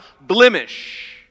blemish